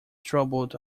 troubled